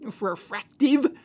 refractive